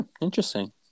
Interesting